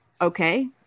okay